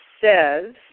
says